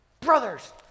Brothers